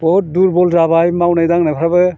बहुत दुरबल जाबाय मावनाय दांनायफ्राबो